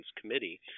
committee